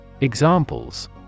Examples